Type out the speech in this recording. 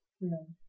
No